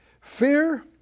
Fear